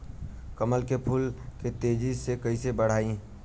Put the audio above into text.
कमल के फूल के तेजी से कइसे बढ़ाई?